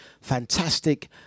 fantastic